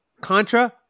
contra